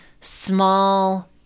small